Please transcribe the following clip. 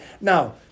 now